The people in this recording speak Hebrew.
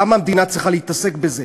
למה המדינה צריכה להתעסק בזה?